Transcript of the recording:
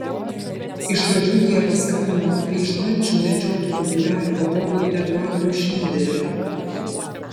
iš pradžių jie paskambino pryšmančių medžiotojų būrelio vadovui eduardui šneideriui